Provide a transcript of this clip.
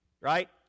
Right